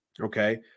Okay